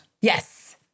Yes